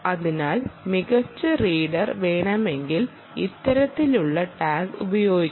അതിനാൽ മികച്ച റീഡർ വേണമെങ്കിൽ ഇത്തരത്തിലുള്ള ടാഗ് ഉപയോഗിക്കാം